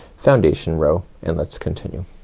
foundation row. and let's continue.